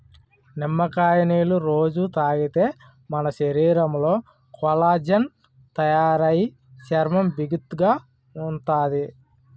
నిమ్మకాయ నీళ్ళు రొజూ తాగితే మన శరీరంలో కొల్లాజెన్ తయారయి చర్మం బిగుతుగా ఉంతాది